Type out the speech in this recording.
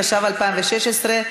התשע"ו 2016,